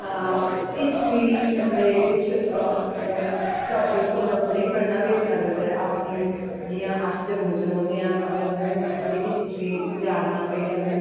history दे कुश मतलव टॉपिक्स होंदे नै उनेंगी बी पढ़नां अच्चा लगदा ऐ अपनें जियां अस जम्मू च रौह्नें आं ते जम्मू दी हिस्ट्री जाननां भाई जम्मू